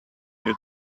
you